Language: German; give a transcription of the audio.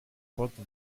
folgt